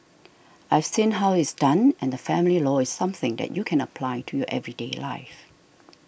I've seen how it's done and family law is something that you can apply to your everyday life